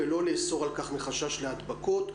ולא לאסור על כך מחשש להידבקות,